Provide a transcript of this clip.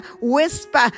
whisper